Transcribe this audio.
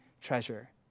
treasure